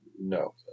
no